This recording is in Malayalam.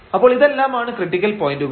അപ്പോൾ ഇതെല്ലാമാണ് ക്രിട്ടിക്കൽ പോയന്റുകൾ